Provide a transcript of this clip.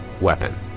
weapon